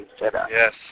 yes